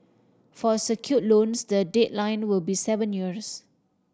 for secure loans the deadline will be seven years